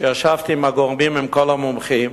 כשישבתי עם הגורמים, עם כל המומחים,